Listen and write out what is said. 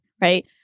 right